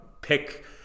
pick